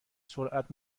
سرعت